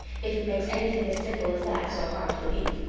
if it makes anything as simple as that so hard to believe.